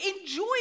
Enjoy